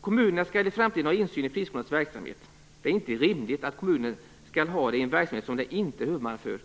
Kommunerna skall i framtiden ha insyn i friskolans verksamhet. Det är inte rimligt att kommunen skall ha det i en verksamhet som den inte är huvudman för